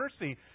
mercy